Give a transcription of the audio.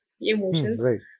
emotions